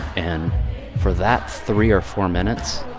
and for that's three or four minutes,